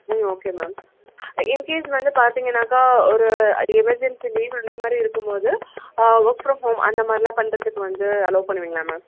ம் okay ma'am in case வந்து பார்த்தீங்கனாக்கா ஒரு எமெர்ஜென்சி லீவ் இந்தமாதிரி இருக்கும் போது ஒர்க் ஃப்ரம் ஹோம் அந்தமாதிரிலாம் பண்ணுறதுக்கு வந்து அலோ பண்ணுவீங்களா மேம்